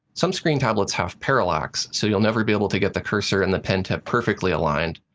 some screen tablets have parallax, so you'll never be able to get the cursor and the pen tip perfectly aligned,